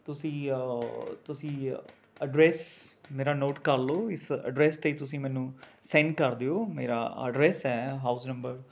ਤੁਸੀ ਤੁਸੀ ਐਡਰੈੱਸ ਮੇਰਾ ਨੋਟ ਕਰ ਲਉ ਇਸ ਐਡਰੈੱਸ 'ਤੇ ਤੁਸੀ ਮੈਨੂੰ ਸੈਂਡ ਕਰ ਦਿਉ ਮੇਰਾ ਐਡਰੈੱਸ ਹੈ ਹਾਊਸ ਨੰਬਰ